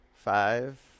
Five